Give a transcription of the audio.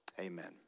amen